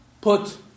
put